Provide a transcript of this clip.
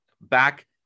back